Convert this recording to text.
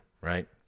right